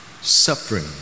suffering